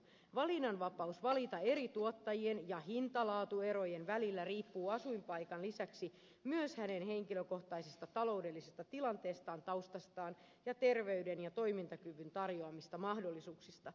vapaus valita eri tuottajien ja hintalaatu suhteiden erojen välillä riippuu asuinpaikan lisäksi myös hänen henkilökohtaisesta taloudellisesta tilanteestaan taustastaan ja terveyden ja toimintakyvyn tarjoamista mahdollisuuksista